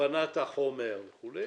הבנת החומר וכו',